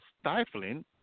stifling